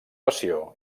passió